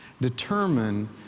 determine